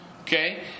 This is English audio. Okay